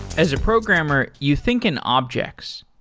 as a programmer, you think an object.